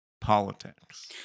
politics